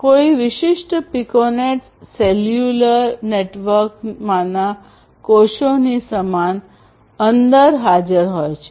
કોઈ વિશિષ્ટ piconet cellular નેટવર્કમાંના કોષોની સમાન અંદર હાજર હોય છે